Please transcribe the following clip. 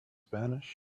spanish